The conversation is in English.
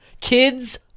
Kids